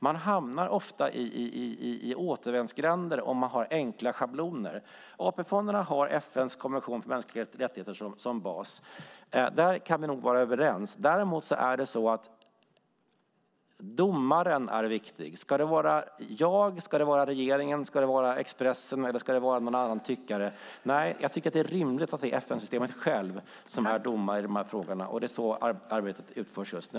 Man hamnar ofta i återvändsgränder om man använder sig av enkla schabloner. AP-fonderna har FN:s konvention om mänskliga rättigheter som bas. Där kan vi nog vara överens. Domaren är viktig. Ska det vara jag, regeringen, Expressen eller någon annan tyckare? Nej, det är rimligt att det är FN-systemet självt som är domare i frågorna. Det är så arbetet utförs just nu.